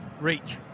Reach